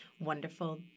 wonderful